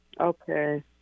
okay